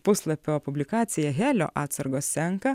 puslapio publikacija helio atsargos senka